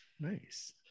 Nice